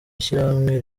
ishyirahamwe